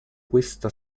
questo